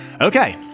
okay